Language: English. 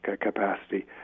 capacity